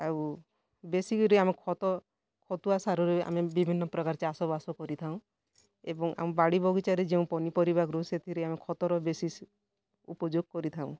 ଆଉ ବେଶୀ କରି ଆମ ଖତ ଖତୁଆ ସାରରୁ ଆମେ ବିଭିନ୍ନ ପ୍ରକାର ଚାଷବାସ କରିଥାଉ ଏବଂ ଆମ ବାଡ଼ିବଗିଚା ରେ ଯେଉଁ ପନିପରିବାରୁ ସେଥିରେ ଆମେ ଖତରୁ ବେଶୀ ଉପଯୋଗ କରିଥାଉ